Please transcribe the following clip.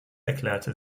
erklärte